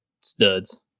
Studs